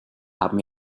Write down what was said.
haben